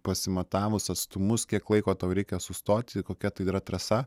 pasimatavus atstumus kiek laiko tau reikia sustoti kokia tai yra trasa